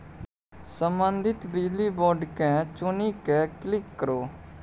संबंधित बिजली बोर्ड केँ चुनि कए क्लिक करु